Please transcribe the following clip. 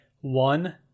one